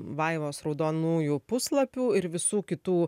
vaivos raudonųjų puslapių ir visų kitų